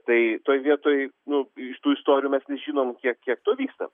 tai toj vietoj nu iš tų istorijų mes nežinom kiek kiek to vyksta